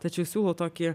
tačiau siūlau tokį